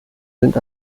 sind